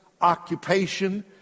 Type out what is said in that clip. occupation